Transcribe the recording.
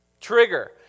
Trigger